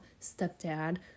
stepdad